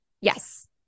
yes